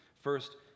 first